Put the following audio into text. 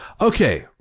Okay